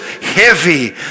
heavy